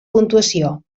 puntuació